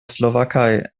slowakei